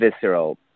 visceral